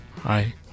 Hi